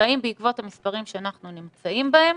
והאם בעקבות המספרים שאנחנו נמצאים בהם,